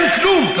אין כלום,